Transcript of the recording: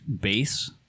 base